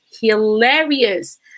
hilarious